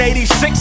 86